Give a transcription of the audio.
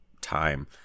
time